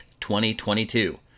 2022